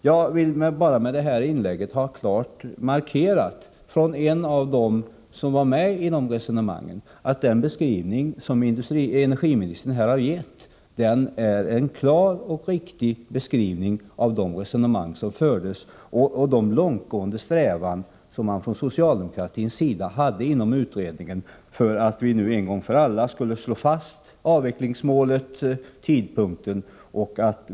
Jag har med detta inlägg bara velat klart markera från en av dem som var med i resonemanget att det är en helt riktig beskrivning som energiministern har gett av de resonemang som fördes och av den långtgående strävan som vi från socialdemokratisk sida inom utredningen hade att en gång för alla slå fast målet och tidpunkten för avvecklingen.